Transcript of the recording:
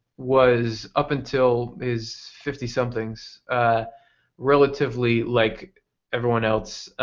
was up until his fifty somethings relatively like everyone else.